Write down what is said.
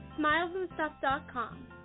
Smilesandstuff.com